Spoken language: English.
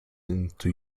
into